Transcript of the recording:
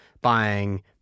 buying—